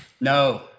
No